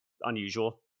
unusual